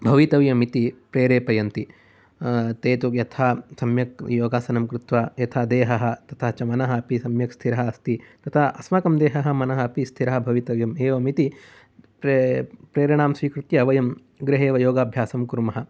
भवितव्यम् इति प्रेरयन्ति ते तु यथा सम्यक् योगासनं कृत्वा यथा देहः तथा च मनः अपि सम्यक् स्थिरः अस्ति तथा अस्माकं देहः मनः अपि स्थिर भवितव्यम् एवम् इति प्रे प्रेरणां स्वीकृत्या वयं गृहे एव योगाभ्यासं कुर्मः